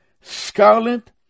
scarlet